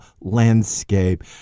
landscape